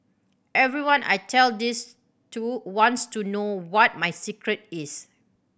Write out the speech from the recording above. everyone I tell this to wants to know what my secret is